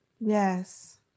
Yes